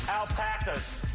alpacas